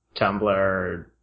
Tumblr